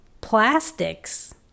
plastics